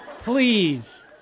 Please